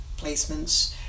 placements